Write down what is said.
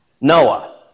Noah